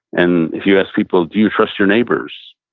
and if you ask people, do you trust your neighbors?